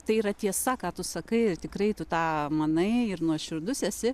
tai yra tiesa ką tu sakai ir tikrai tu tą manai ir nuoširdus esi